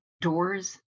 doors